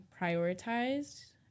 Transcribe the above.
prioritized